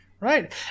Right